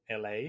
LA